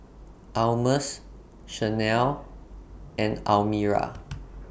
Almus Shanell and Almira